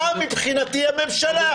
אתה מבחינתי הממשלה.